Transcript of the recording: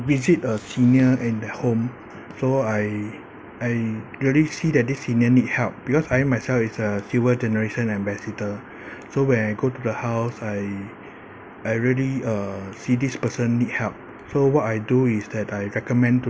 visit a senior in their home so I I really see that this senior need help because I myself is a silver generation ambassador so when I go to the house I I really uh see this person need help so what I do is that I recommend to